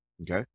Okay